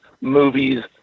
movies